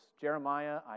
Jeremiah